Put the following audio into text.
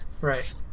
Right